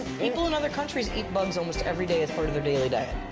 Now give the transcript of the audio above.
people in other countries eat bugs almost, everyday as part of their daily diet.